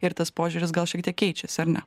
ir tas požiūris gal šiek tiek keičiasi ar ne